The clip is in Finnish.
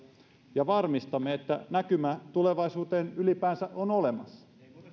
ja varmistamme että näkymä tulevaisuuteen ylipäänsä on olemassa